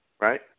Right